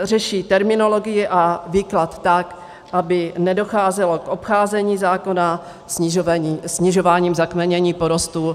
Řeší terminologii a výklad, tak aby nedocházelo k obcházení zákona snižováním zakmenění porostu.